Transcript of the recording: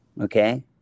okay